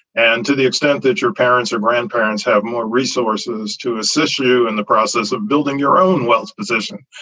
and to the extent that your parents or grandparents have more resources to assist you in the process of building your own wealth position,